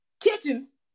kitchens